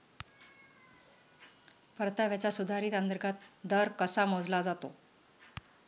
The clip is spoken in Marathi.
परताव्याचा सुधारित अंतर्गत दर कसा मोजला जातो?